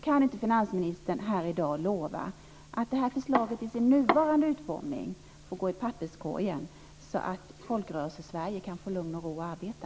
Kan inte finansministern här i dag lova att förslaget i dess nuvarande form får gå i papperskorgen, så att Folkrörelsesverige kan få lugn och ro att arbeta?